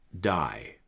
die